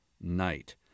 night